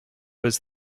was